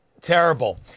Terrible